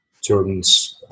Jordan's